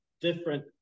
different